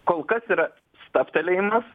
kol kas yra stabtelėjimas